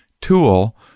tool